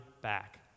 back